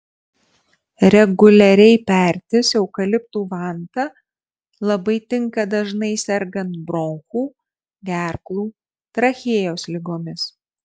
reguliariai pertis eukaliptų vanta labai tinka dažnai sergant bronchų gerklų trachėjos ligomis